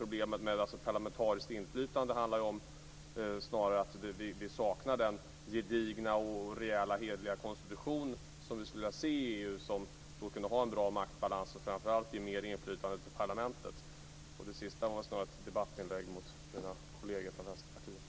Problemet med parlamentariskt inflytande handlar snarare om att vi saknar den gedigna, reella och hederliga konstitution som vi skulle vilja se i EU, som skulle ha en bra maktbalans och ge mer inflytande till parlamentet. Det sista var mera ett debattinlägg mot mina kolleger från Vänsterpartiet.